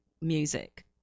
music